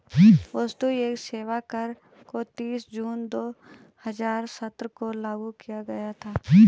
वस्तु एवं सेवा कर को तीस जून दो हजार सत्रह को लागू किया गया था